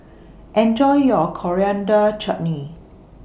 Enjoy your Coriander Chutney